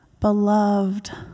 beloved